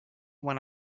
when